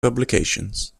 publications